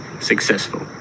successful